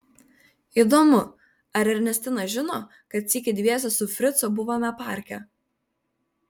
įdomu ar ernestina žino kad sykį dviese su fricu buvome parke